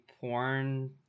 porn